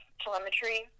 telemetry